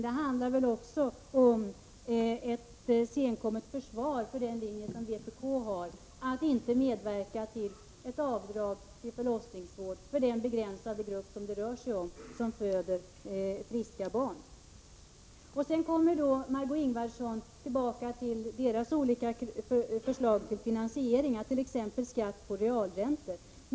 Det handlar väl också om ett senkommet försvar för den linje som vpk har, att inte medverka till ett avdrag för förlossningsvård för den begränsade grupp som det rör sig om, de som föder friska barn. Sedan återkommer Margé Ingvardsson till vpk:s olika förslag till finansiering, t.ex. skatt på realräntor.